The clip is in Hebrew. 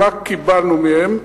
מה קיבלנו מהם.